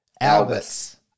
Albus